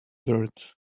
dirt